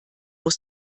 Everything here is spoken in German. muss